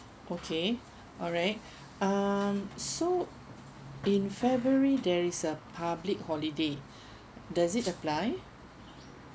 okay alright um so in february there is a public holiday does it apply